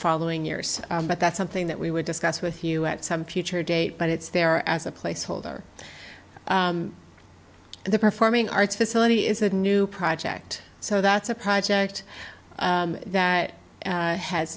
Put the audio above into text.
following years but that's something that we would discuss with you at some future date but it's there as a placeholder and the performing arts facility is a new project so that's a project that